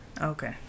Okay